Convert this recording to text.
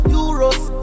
Euros